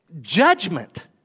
judgment